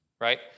right